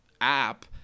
app